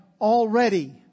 already